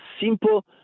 simple